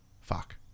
Fuck